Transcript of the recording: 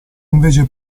invece